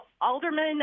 Alderman